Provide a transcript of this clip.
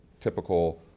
typical